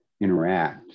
interact